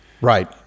Right